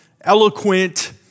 eloquent